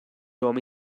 homem